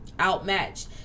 Outmatched